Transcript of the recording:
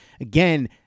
Again